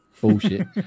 bullshit